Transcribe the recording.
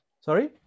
sorry